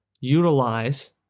utilize